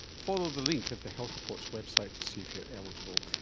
follow the link at the health report's website to see if you're eligible.